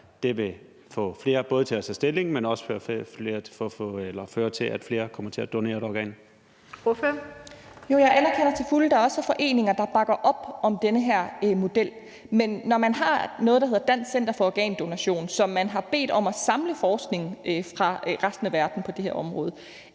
Den fg. formand (Birgitte Vind): Ordføreren. Kl. 16:34 Mette Abildgaard (KF): Jo, jeg anerkender til fulde, at der også er foreninger, der bakker op om den her model. Men når man har noget, der hedder Dansk Center for Organdonation, som man har bedt om at samle forskning fra resten af verden på det her område,